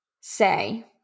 say